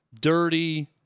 dirty